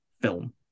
film